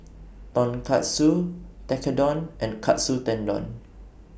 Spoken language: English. Tonkatsu Tekkadon and Katsu Tendon